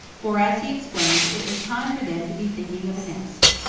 for, as he explained, it was time for them to be thinking of a nest.